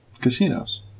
Casinos